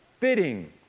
fitting